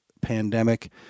pandemic